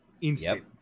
instant